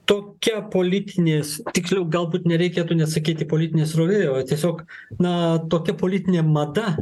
tokia politinės tiksliau galbūt nereikėtų net sakyti politinė srovė o tiesiog na tokia politinė mada